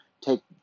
Take